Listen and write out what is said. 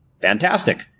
Fantastic